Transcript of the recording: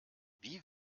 wie